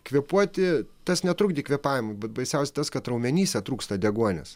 kvėpuoti tas netrukdė kvėpavimu bet baisiausia tas kad raumenyse trūksta deguonies